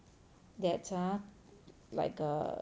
that !huh! like err